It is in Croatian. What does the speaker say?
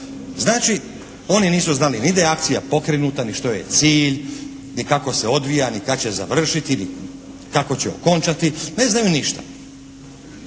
Znači oni nisu znali ni da je akcija pokrenuta, ni što je cilj ni kako se odvija ni kad će završiti i kako će okončati, ne znaju ništa.